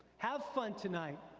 have fun tonight,